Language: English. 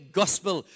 gospel